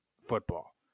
football